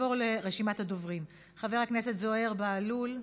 נעבור לרשימת הדוברים: חבר הכנסת זוהיר בהלול,